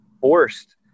forced